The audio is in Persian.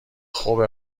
خوب